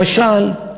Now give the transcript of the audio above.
למשל,